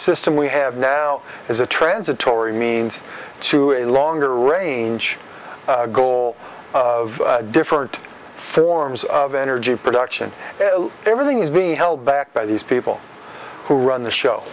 system we have now is a transitory means to a longer range goal different forms of energy production everything is being held back by these people who run the show